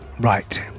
Right